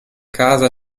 casa